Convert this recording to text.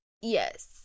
Yes